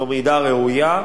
זו מידה ראויה,